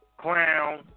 clown